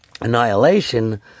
annihilation